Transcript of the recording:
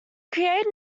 created